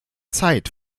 zeit